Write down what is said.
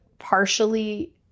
partially